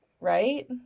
right